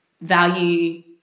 value